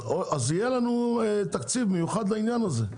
אז יהיה תקציב מיוחד לעניין הזה,